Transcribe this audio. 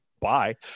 bye